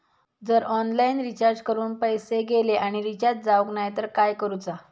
जर online recharge करून पैसे गेले आणि रिचार्ज जावक नाय तर काय करूचा?